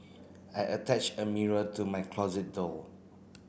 I attached a mirror to my closet door